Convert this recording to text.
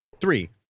three